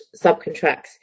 subcontracts